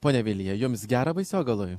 ponia vilija jums gera baisogaloj